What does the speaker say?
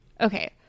okay